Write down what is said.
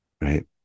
right